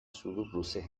sudurluze